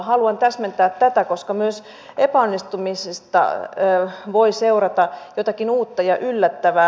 haluan täsmentää tätä koska myös epäonnistumisesta voi seurata jotakin uutta ja yllättävää